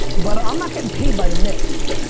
but i'm not getting paid by the knicks.